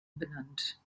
umbenannt